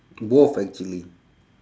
both actually